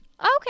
Okay